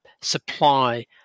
supply